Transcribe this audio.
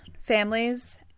families